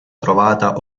trovata